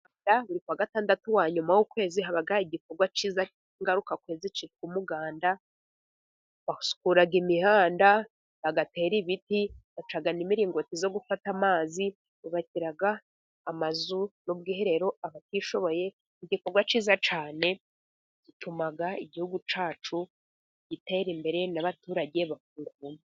Buri ku wa gatandatu wa nyuma w'ukwezi haba igikorwa cyiza ingaruka ku muganda basukura imihanda, bagatera ibiti baca n'impiringoti zo gufata amazi, bubakira amazu n'ubwiherero abatishoboye. Igikorwa cyiza cyane gituma igihugu cyacu gitera imbere n'abaturage bakunga ubumwe.